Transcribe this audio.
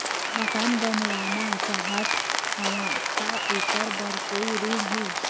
मकान बनवाना चाहत हाव, का ऐकर बर कोई ऋण हे?